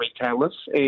retailers